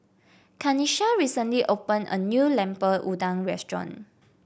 Kanisha recently opened a new Lemper Udang Restaurant